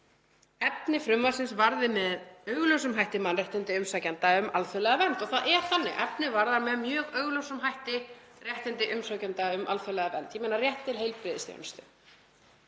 Efni frumvarpsins varði með augljósum hætti mannréttindi umsækjenda um alþjóðlega vernd og það er þannig, efnið varðar með mjög augljósum hætti réttindi umsækjenda um alþjóðlega vernd; rétt til heilbrigðisþjónustu,